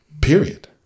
period